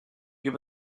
give